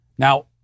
Now